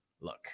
look